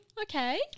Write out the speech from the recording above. Okay